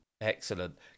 Excellent